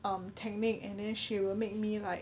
um technique and then she will make me like